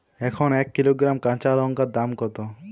এখন এক কিলোগ্রাম কাঁচা লঙ্কার দাম কত?